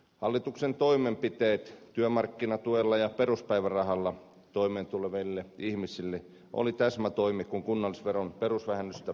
hallituksen toimenpiteet työmarkkinatuella ja peruspäivärahalla toimeen tuleville ihmisille olivat täsmätoimi kun kunnallisveron perusvähennystä nostettiin